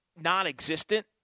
non-existent